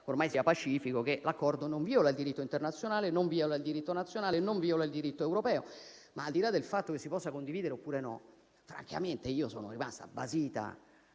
ormai pacifico che l'accordo non viola il diritto internazionale, non viola il diritto nazionale, non viola il diritto europeo. Al di là del fatto che lo si possa condividere o meno, comunque, francamente sono rimasta basita